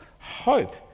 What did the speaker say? hope